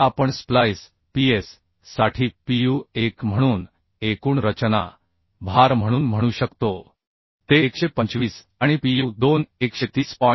जे आपण splice Ps साठी PU 1 म्हणून एकूण रचना भार म्हणून म्हणू शकतो ते 125 आणि PU 2 130